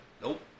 Nope